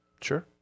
Sure